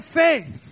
faith